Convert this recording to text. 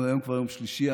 היום יום שלישי.